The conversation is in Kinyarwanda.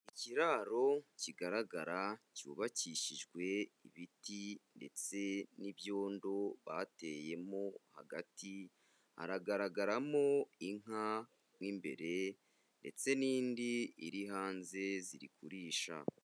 Ikiraro kigaragara cyubakishijwe ibiti ndetse n'ibyondo bateyemo hagati hagaragaramo inka mw'imbere ndetse n'indi iri hanze, ziri kurisha.